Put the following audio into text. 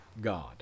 God